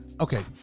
Okay